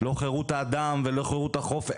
לא חירות האדם ולא חירות החופש.